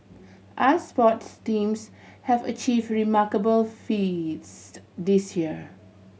us sports teams have achieve remarkable feats this year